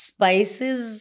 Spices